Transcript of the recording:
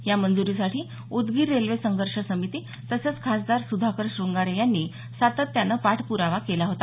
या मंजुरीसाठी उदगीर रेल्वे संघर्ष समिती तसंच खासदार सुधाकर श्रंगारे यांनी सातत्यानं पाठप्रावा केला होता